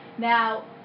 Now